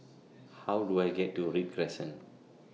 How Do I get to Read Crescent